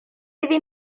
iddi